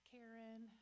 Karen